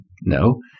no